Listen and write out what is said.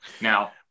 now